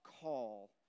call